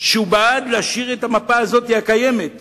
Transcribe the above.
המסחר והתעסוקה שהוא בעד השארת המפה הקיימת הזאת,